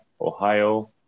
Ohio